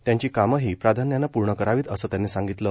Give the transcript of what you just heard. त्यांची कामंही प्राधान्यानं पूर्ण करावीत असं त्यांनी सांगितलं